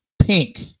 Pink